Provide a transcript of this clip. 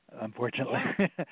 unfortunately